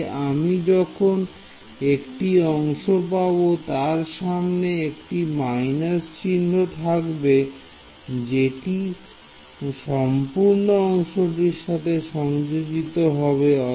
তাই আমি একটি অংশ পাবে যার সামনে একটি মাইনাস চিহ্ন থাকবে জেটি সম্পূর্ণ অংশটির সাথে সংযোজিত হবে